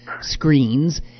screens